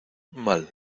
mal